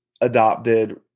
adopted